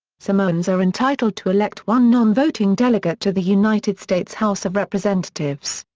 samoans are entitled to elect one non-voting delegate to the united states house of representatives.